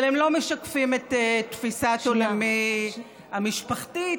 אבל הם לא משקפים את תפיסת עולמי המשפחתית,